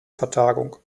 vertagung